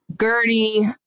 Gertie